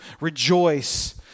rejoice